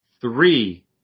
Three